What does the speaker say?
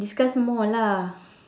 discuss more lah